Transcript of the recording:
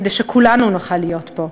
כדי שכולנו נוכל להיות פה.